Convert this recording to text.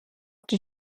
die